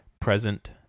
present